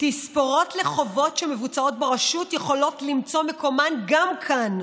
לחובות שמבוצעות ברשות יכולות למצוא מקומן גם כאן,